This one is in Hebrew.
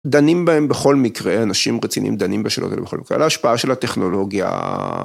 דנים בהם בכל מקרה, אנשים רציניים דנים בשאלות האלה בכל מקרה, להשפעה של הטכנולוגיה.